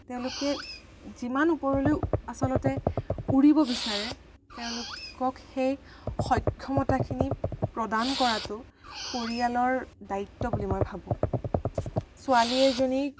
তেওঁলোকে যিমান ওপৰলৈ আচলতে উৰিব বিচাৰে তেওঁলোকক সেই সক্ষমতাখিনি প্ৰদান কৰাতো পৰিয়ালৰ দায়িত্ব বুলি মই ভাবোঁ ছোৱালী এজনীক